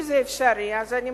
אם זה אפשרי, אני מסכימה.